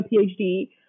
PhD